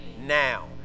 now